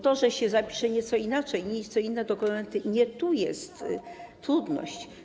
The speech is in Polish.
To, że się zapisze nieco inaczej i nieco inne dokumenty - nie tu jest trudność.